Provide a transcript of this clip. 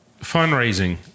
fundraising